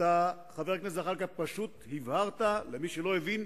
אתה, חבר הכנסת זחאלקה, פשוט הבהרת, למי שלא הבין,